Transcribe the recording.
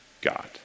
God